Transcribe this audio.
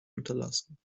unterlassen